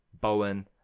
Bowen